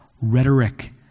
rhetoric